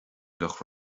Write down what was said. bheadh